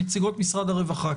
נציגות משרד הרווחה,